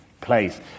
place